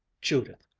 judith!